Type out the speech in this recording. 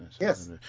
Yes